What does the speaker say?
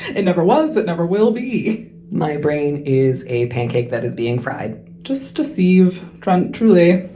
it never was. it never will be my brain. is a pancake that is being fried just to see you've drunk, truly